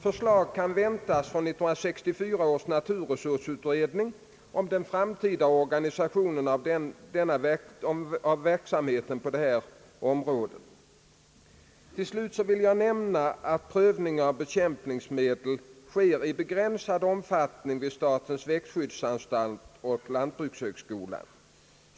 Förslag kan väntas av 1964 års naturresursutredning om den framtida organisationen av den verksamhet det här gäller. Till slut vill jag nämna att prövning av bekämpningsmedel sker i begränsad omfattning vid statens växtskyddsanstalt och lantbrukshögskolan.